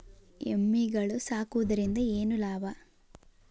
ಎಮ್ಮಿಗಳು ಸಾಕುವುದರಿಂದ ಏನು ಲಾಭ?